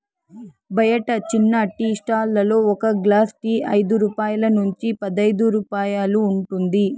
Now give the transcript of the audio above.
బయట చిన్న tea stall లలో ఒక గ్లాస్ టీ ఐదు రూపాయల నుంచి పదైదు రూపాయలు ఉంటుంది